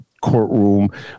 courtroom